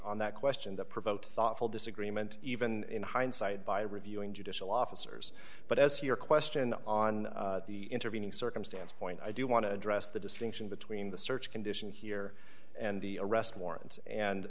on that question that provoked thoughtful disagreement even hindsight by reviewing judicial officers but as your question on the intervening circumstance point i do want to address the distinction between the search condition here and the arrest warrant and